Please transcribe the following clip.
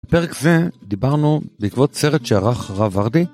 בפרק זה דיברנו בעקבות סרט שערך הרב ורדי.